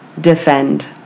defend